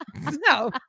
No